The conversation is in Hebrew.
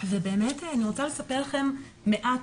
באמת אני רוצה לספר לכם מעט,